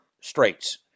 straits